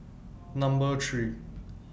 Number three